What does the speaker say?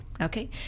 Okay